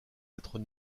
êtres